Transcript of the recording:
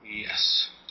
Yes